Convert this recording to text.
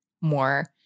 more